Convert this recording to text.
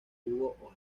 jugo